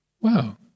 Wow